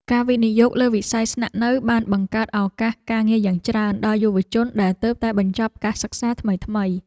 ការវិនិយោគលើវិស័យស្នាក់នៅបានបង្កើតឱកាសការងារយ៉ាងច្រើនដល់យុវជនដែលទើបតែបញ្ចប់ការសិក្សាថ្មីៗ។